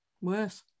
worse